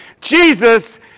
Jesus